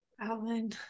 Alan